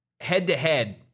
head-to-head